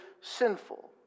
sinful